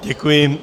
Děkuji.